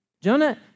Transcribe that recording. Jonah